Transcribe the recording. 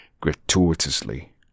gratuitously